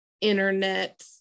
internet